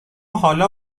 حالا